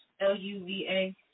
L-U-V-A